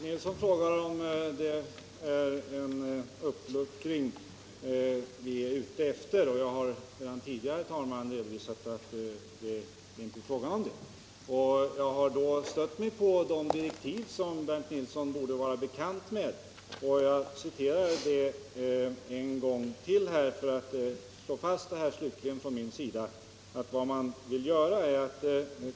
Herr talman! Bernt Nilsson frågar om det vi vill ha är en uppluckring av lagen om anställningsskydd, men jag har redan tidigare, herr talman, redovisat att det inte är fråga om det. Jag har då stött mig på de direktiv som Bernt Nilsson borde vara bekant med, och jag hänvisar till dem än en gång för att slutligt slå fast från min sida vad man vill göra.